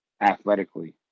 athletically